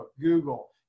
Google